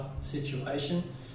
situation